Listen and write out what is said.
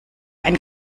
ein